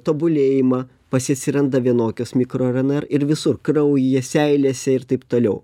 tobulėjimą pas jį atsiranda vienokios mikro rnr ir visur kraujyje seilėse ir taip toliau